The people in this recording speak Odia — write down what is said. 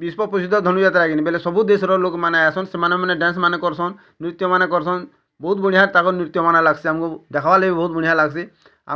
ବିଶ୍ୱ ପ୍ରସିଦ୍ଧ ଧନୁ ଯାତ୍ରା ଏଇନେ ବୋଲେ ସବୁ ଦେଶର ଲୋକ୍ମାନେ ଆସନ୍ ସେମାନେ ମାନେ ଡ୍ୟାନ୍ସମାନେ କରୁସନ୍ ନୃତ୍ୟମାନେ କରୁସନ୍ ବହୁତ୍ ବଢ଼ିଆ ତାଙ୍କର ନୃତ୍ୟ ମାନ ଲାଗ୍ସି ଆମକୁ ଦେଖାଲେ ବହୁତ୍ ବଢ଼ିଆ ଲାଗ୍ସି